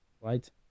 right